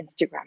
Instagram